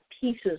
pieces